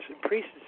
priests